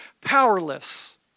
powerless